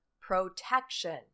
Protection